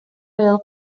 аял